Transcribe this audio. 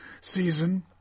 season